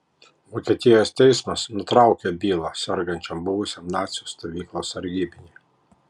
vokietijos teismas nutraukė bylą sergančiam buvusiam nacių stovyklos sargybiniui